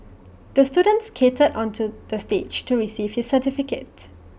the student skated onto the stage to receive his certificate